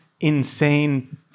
insane